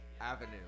avenue